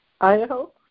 Idaho